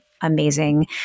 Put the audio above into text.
amazing